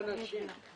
מה יעלה בגורלה.